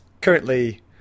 currently